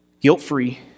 guilt-free